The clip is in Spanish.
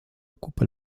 ocupa